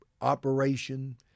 operation